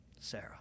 Sarah